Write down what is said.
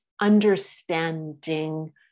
understanding